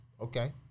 okay